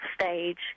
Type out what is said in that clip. stage